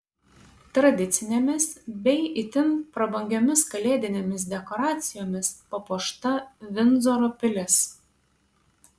tradicinėmis bei itin prabangiomis kalėdinėmis dekoracijomis papuošta vindzoro pilis